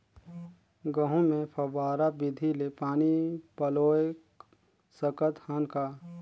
गहूं मे फव्वारा विधि ले पानी पलोय सकत हन का?